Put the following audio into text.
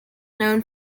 known